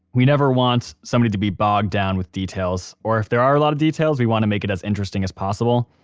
we never want somebody to be bogged down with details, or if there are a lot of details we want to make it as interesting as possible.